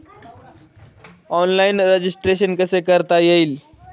Online registration कसे करता येईल?